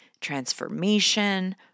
transformation